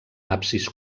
absis